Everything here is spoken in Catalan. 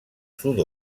sud